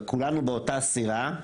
וכולנו באותה סירה,